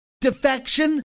defection